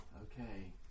Okay